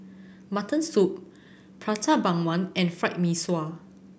Mutton Soup Prata Bawang and Fried Mee Sua